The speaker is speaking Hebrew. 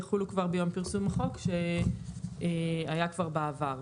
יחולו כבר ביום פרסום החוק שהיה כבר בעבר,